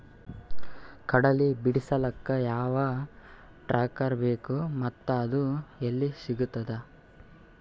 ಕಡಲಿ ಬಿಡಿಸಲಕ ಯಾವ ಟ್ರಾಕ್ಟರ್ ಬೇಕ ಮತ್ತ ಅದು ಯಲ್ಲಿ ಸಿಗತದ?